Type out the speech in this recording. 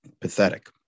pathetic